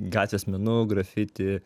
gatvės menu grafiti